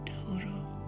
total